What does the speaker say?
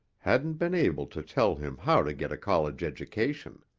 hadn't been able to tell him how to get a college education.